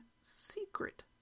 secret